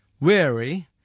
weary